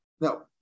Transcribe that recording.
no